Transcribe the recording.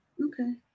Okay